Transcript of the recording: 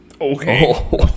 okay